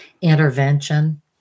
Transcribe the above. intervention